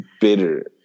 bitter